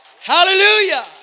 Hallelujah